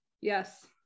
Yes